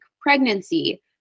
pregnancy